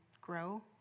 grow